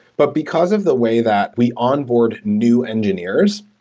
but because of the way that we onboard new engineers,